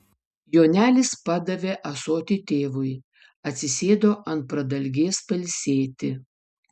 jonelis padavė ąsotį tėvui atsisėdo ant pradalgės pailsėti